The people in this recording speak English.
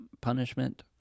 Punishment